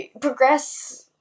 progress